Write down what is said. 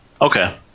okay